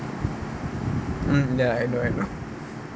mm ya I know I know